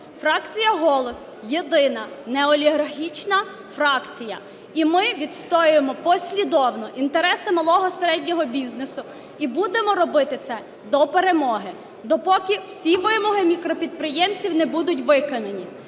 Фракція "Голос" – єдина неолігархічна фракція, і ми відстоюємо послідовно інтереси малого, середнього бізнесу, і будемо робити це до перемоги, допоки всі вимоги мікропідприємців не будуть виконані.